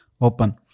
open